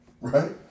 right